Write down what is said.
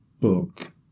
Book